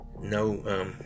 no